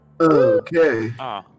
Okay